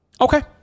Okay